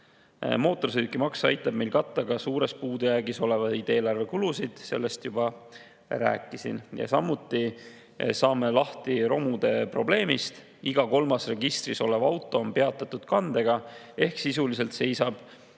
[kogust].Mootorsõidukimaks aitab meil katta ka suures puudujäägis oleva eelarve kulusid – sellest juba rääkisin. Samuti saame lahti romude probleemist: iga kolmas registris olev auto on peatatud kandega ehk sisuliselt seisab